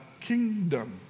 kingdom